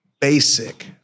basic